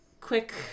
quick